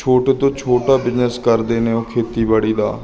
ਛੋਟੇ ਤੋਂ ਛੋਟਾ ਬਿਜਨਸ ਕਰਦੇ ਨੇ ਉਹ ਖੇਤੀਬਾੜੀ ਦਾ